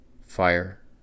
fire